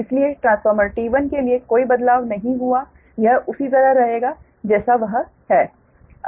इसलिए transformer T1 के लिए कोई बदलाव नहीं हुआ यह उसी तरह रहेगा जैसा वह है